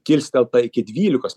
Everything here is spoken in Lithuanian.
kilstelta iki dvylikos